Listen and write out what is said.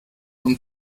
und